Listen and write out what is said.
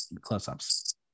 close-ups